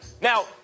Now